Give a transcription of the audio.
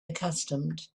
accustomed